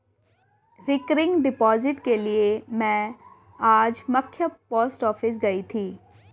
recurring deposit के लिए में आज मख्य पोस्ट ऑफिस गयी थी